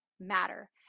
matter